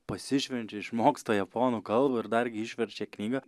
pasišvenčia išmoksta japonų kalbą ir dargi išverčia knygą